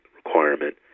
requirement